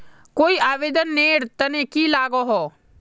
कोई आवेदन नेर तने की लागोहो?